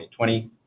2020